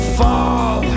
fall